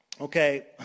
okay